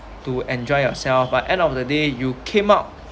to enjoy yourself but end of the day you came out